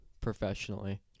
professionally